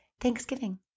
Thanksgiving